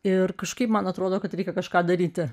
ir kažkaip man atrodo kad reikia kažką daryti